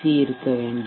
C இருக்க வேண்டும்